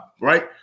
right